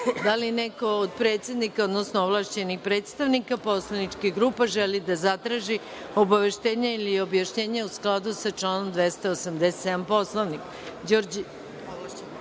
li neko od predsednika, odnosno ovlašćenih predstavnika poslaničkih grupa želi da zatraži obaveštenje ili objašnjenje u skladu sa članom 287. Poslovnika? Reč